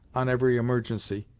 on every emergency,